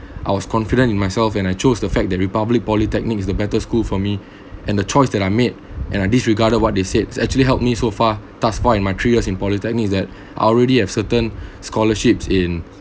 I was confident in myself and I chose the fact that republic polytechnic is the better school for me and the choice that I made and I disregarded what they said actually helped me so far task far in my three years in polytechnics that I already have certain scholarships in